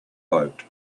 boat